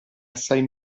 assai